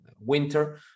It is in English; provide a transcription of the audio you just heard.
winter